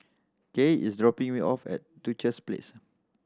Kaye is dropping me off at Duchess Place